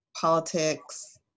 politics